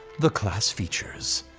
the class features.